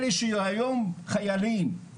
אלה שהיום חיילים.